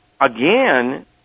again